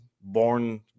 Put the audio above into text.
born